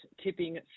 Tipping